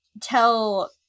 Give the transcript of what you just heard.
tell